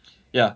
ya